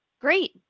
Great